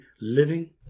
living